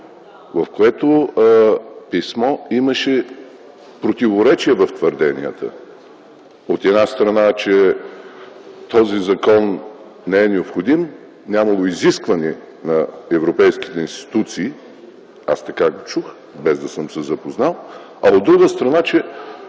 В това писмо имаше противоречие в твърденията: от една страна, че този закон не е необходим, нямало изискване на европейските институции – така го чух, без да съм се запознал, а, от друга страна, че